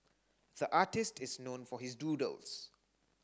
the artist is known for his doodles